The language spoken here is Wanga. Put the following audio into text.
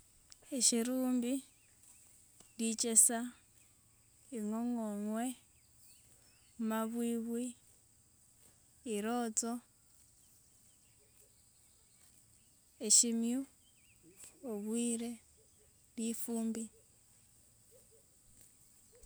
Eahirumbi, lichesa, ing'ong'ong'we, mabwibwi, irotso, eshimiyu, lifumbi.